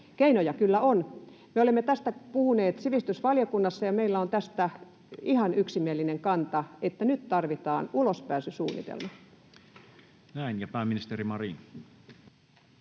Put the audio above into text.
Keinoja kyllä on. Me olemme tästä puhuneet sivistysvaliokunnassa ja meillä on tästä ihan yksimielinen kanta, että nyt tarvitaan ulospääsysuunnitelma. [Speech 64] Speaker: Toinen